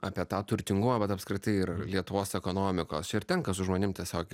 apie tą turtingumą bet apskritai ir lietuvos ekonomikos čia ir tenka su žmonim tiesiog